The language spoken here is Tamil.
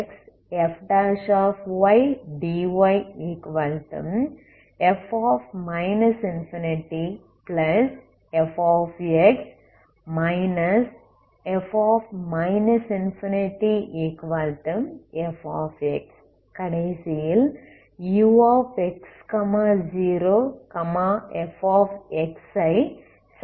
கடைசியில்ux0 f ஐ சாடிஸ்ஃபை பண்ணுகிறது